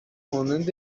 مانند